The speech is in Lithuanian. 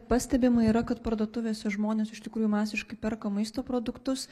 pastebima yra kad parduotuvėse žmonės iš tikrųjų masiškai perka maisto produktus